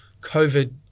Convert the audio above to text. COVID